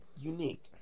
unique